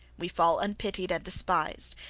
we fall unpitied and despised.